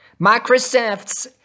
Microsoft's